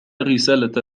الرسالة